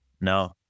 no